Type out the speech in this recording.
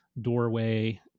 doorway